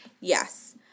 yes